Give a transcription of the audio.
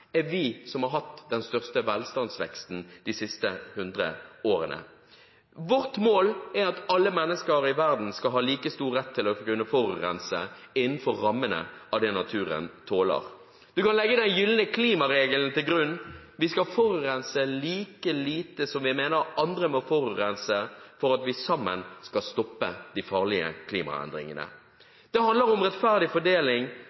er vi som har hatt den største velstandsveksten de siste hundre årene. Vårt mål er at alle mennesker i verden skal ha like stor rett til å kunne forurense innenfor rammene av det naturen tåler. Du kan legge den gylne klimaregelen til grunn: Vi skal forurense like lite som vi mener at andre må forurense, for at vi sammen skal stoppe de farlige klimaendringene. Det handler om rettferdig fordeling,